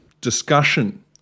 discussion